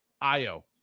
Io